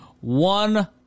One